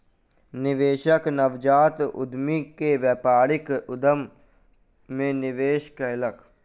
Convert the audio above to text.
निवेशक नवजात उद्यमी के व्यापारिक उद्यम मे निवेश कयलक